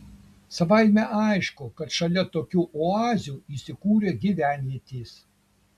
savaime aišku kad šalia tokių oazių įsikūrė gyvenvietės